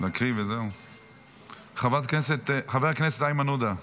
חבר הכנסת איימן עודה,